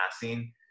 passing